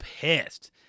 pissed